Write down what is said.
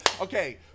okay